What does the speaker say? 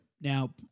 Now